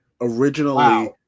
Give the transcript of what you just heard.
originally